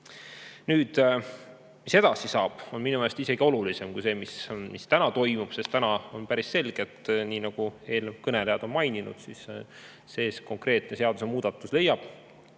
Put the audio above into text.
See, mis edasi saab, on minu meelest isegi olulisem kui see, mis täna toimub. Sest täna on päris selge, nii nagu eelkõnelejad on maininud, et see konkreetne seadusemuudatus leiab